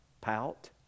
pout